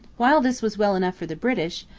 while this was well enough for the british,